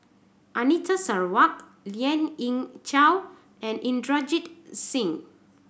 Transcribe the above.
Anita Sarawak Lien Ying Chow and Inderjit Singh